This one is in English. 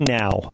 now